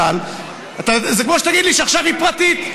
למשל זה כמו שתגיד לי עכשיו שהיא פרטית.